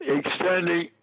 extending